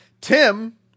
Tim